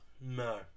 No